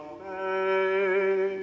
faith